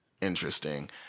interesting